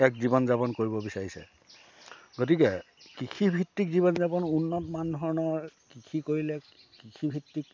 এক জীৱন যাপন কৰিব বিচাৰিছে গতিকে কৃষিভিত্তিক জীৱন যাপন উন্নত মানধৰণৰ কৃষি কৰিলে কৃষিভিত্তিক